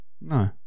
No